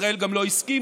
ישראל גם לא הסכימה,